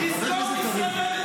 -- תסגור משרדי ממשלה.